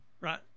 right